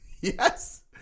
yes